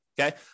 Okay